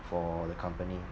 for the company